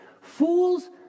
Fools